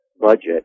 budget